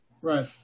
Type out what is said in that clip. Right